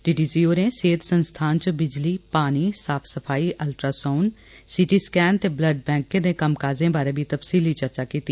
DDC होरें सेहत संस्थान च गिजली पानी साफ सफाई अल्ट्रासाऊंड सीटी सकैन ते बल्ड बैंके दे कम्म काजे बारै तफसीली चर्चा कीती